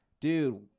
Dude